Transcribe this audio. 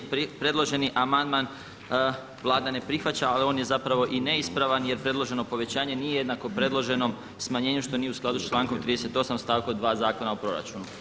Predloženi amandman Vlada ne prihvaća, ali on je zapravo i neispravan jel predloženo povećanje nije jednako predloženo smanjenju što nije u skladu s člankom 38. stavkom 2. Zakona o proračunu.